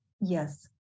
Yes